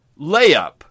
Layup